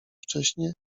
wcześnie